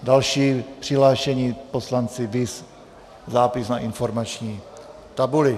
Další přihlášení poslanci viz zápis na informační tabuli.